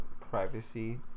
privacy